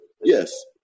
Yes